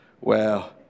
Wow